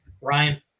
Ryan